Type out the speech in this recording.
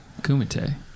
Kumite